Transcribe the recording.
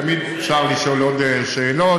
תמיד אפשר לשאול עוד שאלות,